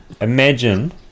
imagine